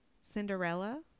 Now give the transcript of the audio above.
Cinderella